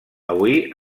avui